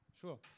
Sure